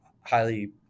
highly